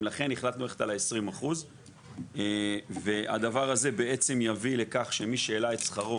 לכן החלטנו ללכת על 20%. הדבר הזה יביא לכך שמי שהעלה את שכרו